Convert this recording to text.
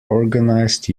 organized